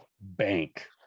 bank